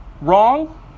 wrong